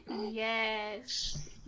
Yes